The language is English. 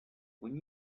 when